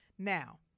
Now